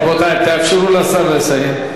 רבותי, תאפשרו לשר לסיים.